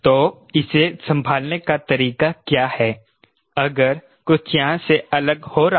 तो इसे संभालने का तरीका क्या है अगर कुछ यहां से अलग हो रहा है